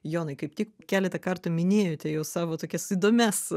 jonai kaip tik keletą kartų minėjote jau savo tokias įdomias